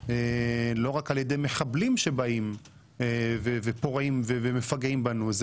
על ידי מחבלים שבאים ופורעים ומפגעים בנו,